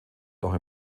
noch